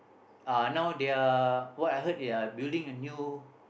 uh now they are what I heard they are building a new